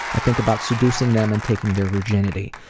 i think about seducing them and taking their virginity.